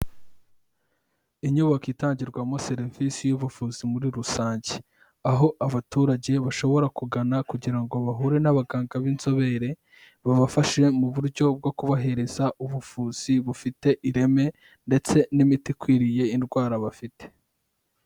Inyubako itangirwamo serivisi y'ubuvuzi muri rusange, aho abaturage bashobora kugana kugira ngo bahure n'abaganga b'inzobere babafashe mu buryo bwo kubahereza ubuvuzi bufite ireme ndetse n'imiti ikwiriye indwara bafite.